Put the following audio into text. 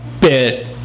bit